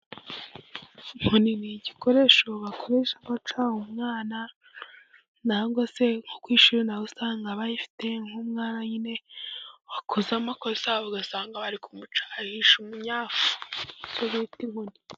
Inkoni ni igikoresho bakoresha bacyaha umwana, nangwa se nko ku ishuri naho usanga bayifite, nk'umwana nyine wakoze amakosa ugasanga bari kumucyahisha umunyafu. Ni cyo bita inkoni.